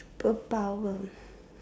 ~perpower